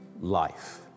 life